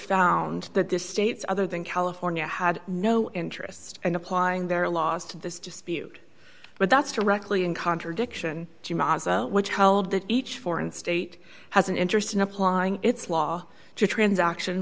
found that this states other than california had no interest in applying their laws to this dispute but that's directly in contradiction to maza which held that each foreign state has an interest in applying its law to transaction